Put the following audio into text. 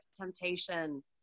temptation